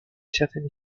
certaine